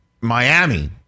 Miami